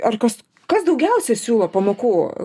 ar kas kas daugiausia siūlo pamokų